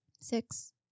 Six